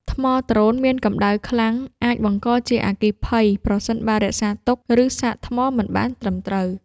ថ្មដ្រូនមានកម្ដៅខ្លាំង អាចបង្កជាអគ្គិភ័យប្រសិនបើរក្សាទុក ឬសាកថ្មមិនបានត្រឹមត្រូវ។